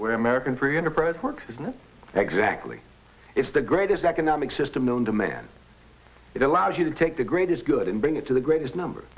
way american free enterprise works isn't exactly it's the greatest economic system known to man it allows you to take the greatest good and bring it to the greatest number